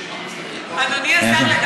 אדוני השר,